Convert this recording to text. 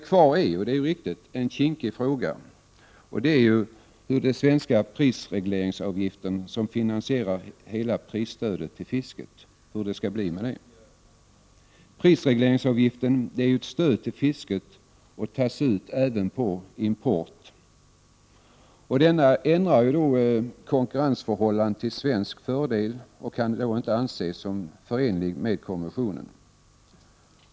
Kvar står dock en kinkig fråga, och det är hur det skall bli med den svenska prisregleringsavgiften, som finansierar hela prisstödet till fisket. Prisregleringsavgiften är ett stöd till fisket och tas ut även på import. Den ändrar konkurrensförhållandena till svensk fördel och kan därför inte anses förenlig med konventionen.